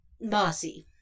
bossy